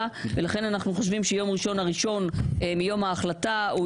ולכן אנחנו חושבים שיום ראשון הראשון מיום ההחלטה,